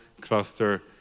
cluster